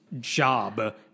job